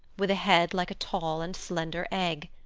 with a head like a tall and slender egg.